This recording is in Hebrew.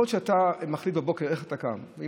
עם איזו החלטה אתה קם בבוקר.